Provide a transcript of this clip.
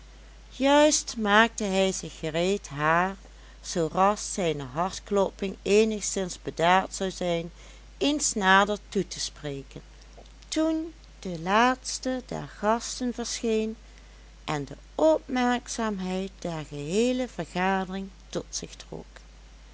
juist maakte hij zich gereed haar zooras zijne hartklopping eenigszins bedaard zou zijn eens nader toe te spreken toen de laatste der gasten verscheen en de opmerkzaamheid der geheele vergadering tot zich trok